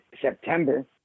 September